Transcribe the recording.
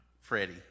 Freddie